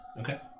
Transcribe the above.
Okay